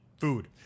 food